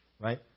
right